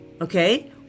Okay